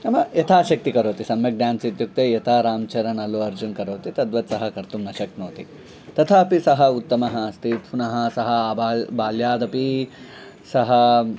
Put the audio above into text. नाम यथाशक्तिः करोति सम्यक् ड्यान्स् इत्युक्ते यथा रामचरणः अल्लुअर्जुनः करोति तद्वत् सः कर्तुं न शक्नोति तथापि सः उत्तमः अस्ति पुनः सः आबाल्ये बाल्यादपि सः